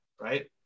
right